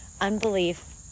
unbelief